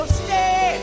stay